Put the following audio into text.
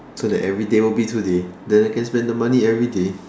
so that everyday will be today than I can spend the money everyday